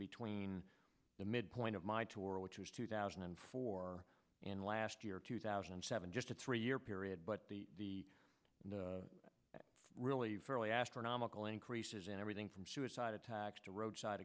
between the midpoint of my tour which was two thousand and four and last year two thousand and seven just a three year period but the really fairly astronomical increases in everything from suicide attacks to roadside